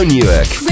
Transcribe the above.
Newark